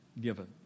given